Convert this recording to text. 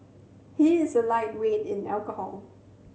he is a lightweight in alcohol